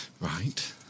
Right